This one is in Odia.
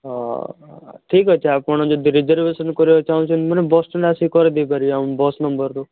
ହଁ ଠିକ୍ ଅଛି ଆଉ କ'ଣ ଯଦି ରିଜର୍ବେସନ୍ କରିବାକୁ ଚାହୁଁଛନ୍ତି ମାନେ ବସଷ୍ଟାଣ୍ଡ୍ ଆସିକି କରେଇଦେଇ ପାରିବେ ଆମ ବସ୍ ନମ୍ବରରୁ